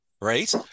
right